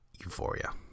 euphoria